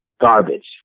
garbage